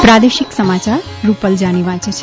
પ્રાદેશિક સમાચાર રૂપલ જાની વાંચે છે